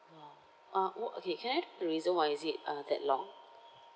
!wow! uh w~ okay can I know the reason why is it uh that long